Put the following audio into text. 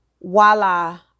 voila